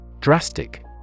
Drastic